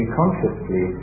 consciously